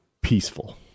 peaceful